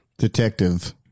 Detective